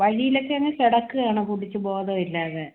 വഴിയിലൊക്കെ അങ്ങ് കിടക്കുവാണ് കുടിച്ച് ബോധം ഇല്ലാതെ